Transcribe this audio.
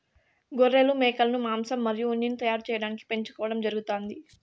గొర్రెలు, మేకలను మాంసం మరియు ఉన్నిని తయారు చేయటానికి పెంచుకోవడం జరుగుతాంది